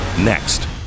Next